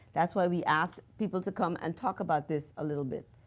that's why we ask people to come and talk about this a little bit.